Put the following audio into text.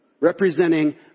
representing